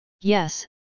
Yes